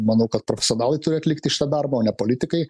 manau kad profesionalai turi atlikti šitą darbą ne politikai